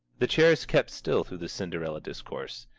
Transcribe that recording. the chairs kept still through the cinderella discourse.